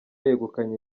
yegukanye